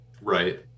Right